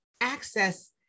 access